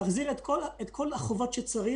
שהוא מחזיר את כל החובות שהוא צריך,